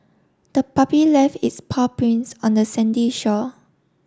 the puppy left its paw prints on the sandy shore